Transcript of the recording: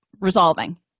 resolving